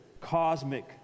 cosmic